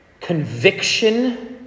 conviction